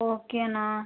ஓகேண்ணா